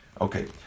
Okay